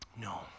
no